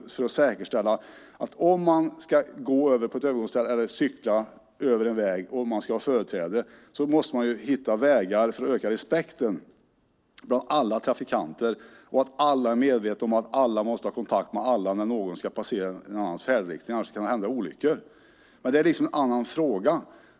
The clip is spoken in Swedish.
När det gäller att gå över ett övergångsställe eller cykla över en väg krävs det självklart åtgärder för att hitta sätt att säkerställa ökad respekt hos alla trafikanter. Alla måste vara medvetna om att man som trafikant måste ha kontakt med alla andra trafikanter när någon ska passera över en väg, för annars kan det hända olyckor. Det är dock en annan fråga.